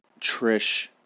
Trish